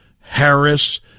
Harris